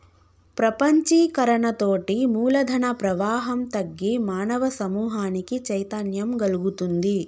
ప్రపంచీకరణతోటి మూలధన ప్రవాహం తగ్గి మానవ సమూహానికి చైతన్యం గల్గుతుంది